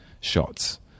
shots